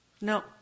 No